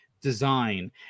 design